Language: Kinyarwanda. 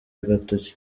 agatoki